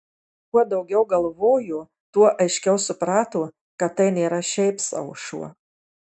kuo daugiau galvojo tuo aiškiau suprato kad tai nėra šiaip sau šuo